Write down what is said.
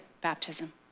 baptism